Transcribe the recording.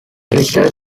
research